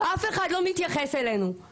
אף אחד לא מתייחס אלינו.